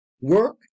work